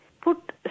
put